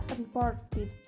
reported